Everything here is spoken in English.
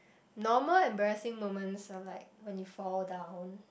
normal embarrassing moments are like when you fall down